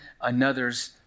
another's